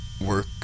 work